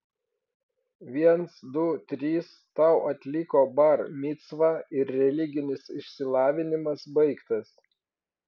viens du trys tau atliko bar micvą ir religinis išsilavinimas baigtas